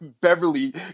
Beverly